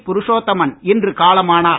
புருஷோத்தமன் இன்று காலமானார்